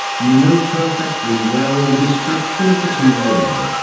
you know perfectly well the description of the two women.